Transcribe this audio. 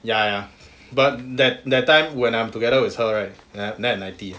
ya ya but that that time when I'm together with her right then I'm ninety